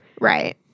Right